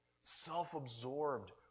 self-absorbed